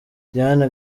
diane